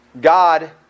God